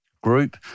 Group